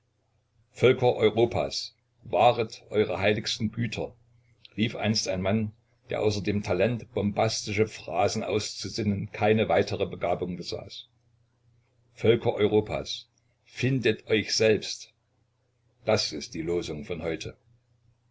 völker europas wahret eure heiligsten güter rief einst ein mann der außer dem talent bombastische phrasen auszusinnen keine weitere begabung besaß völker europas findet euch selbst das ist die losung von heute